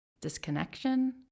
disconnection